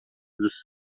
dos